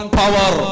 power